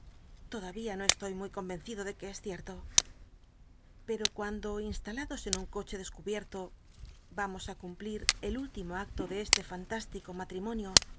laria no estoy muy convencido de qu e c cierto l'c l'o cuando instalados en un coche descubierto vamos á cumplir el último acto de este fanlüslico